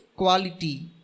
Quality